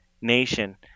nation